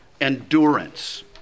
endurance